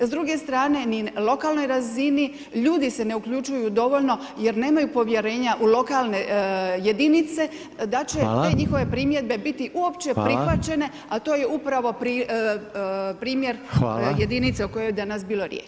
S druge strane i na lokalnoj razini ljudi se ne uključuju dovoljno jer nemaju povjerenja u lokalne jedinice da će te njihove primjedbe biti uopće prihvaćene a to je upravo primjer jedinice o kojoj je danas bilo riječi.